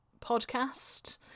podcast